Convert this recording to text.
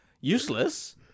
useless